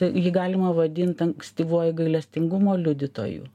jį galima vadint ankstyvuoju gailestingumo liudytoju